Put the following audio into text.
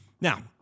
Now